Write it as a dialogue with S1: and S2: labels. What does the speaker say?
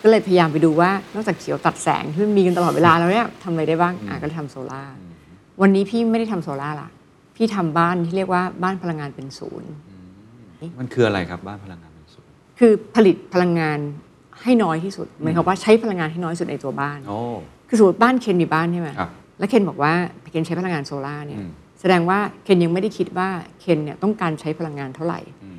S1: ก็เลยพยายามไปดูว่านอกจากเขียวตัดแสงที่มันมีกันตลอดเวลาแล้วเนี่ย
S2: ใช่
S1: ทำอะไรได้บ้างอ่ะ
S2: อืม
S1: ก็เลยทำ solar
S2: อืม
S1: วันนี้พี่ไม่ได้ทำ solar ละ พี่ทำบ้านที่เรียกว่าบ้านพลังงานเป็นศูนย์
S2: อืม
S1: นี่
S2: มันคืออะไรครับ บ้านพลังงานเป็นศูนย์?
S1: คือผลิตพลังงานให้น้อยที่สุด หมายความ
S2: อืม
S1: ว่าใช้พลังงานให้น้อยที่สุดในตัวบ้าน
S2: โอ้
S1: คือสมมติบ- บ้านเคนมีบ้านใช่ไหม?
S2: ครับ
S1: และเคนบอกว่าเคนใช้พลังงาน solar เนี่ย
S2: อืม
S1: แสดงว่าเคนยังไม่ได้คิดว่าเคนเนี่ยต้องการใช้พลังงานเท่าไหร่
S2: อืม